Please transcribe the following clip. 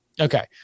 Okay